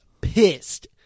pissed